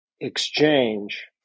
exchange